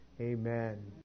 Amen